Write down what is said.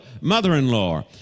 mother-in-law